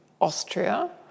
Austria